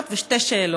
ושוב,